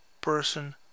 person